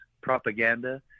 propaganda